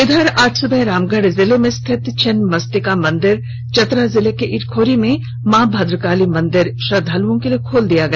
इधर आज सुबह रामगढ़ जिले में स्थित छिन्नमस्तिका मंदिर चतरा जिले के इटखोरी में मां भद्रकाली मंदिर श्रद्वालुओं के लिए खोल दिया गया